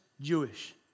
Jewish